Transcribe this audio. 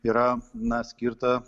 yra na skirta